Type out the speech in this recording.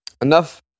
enough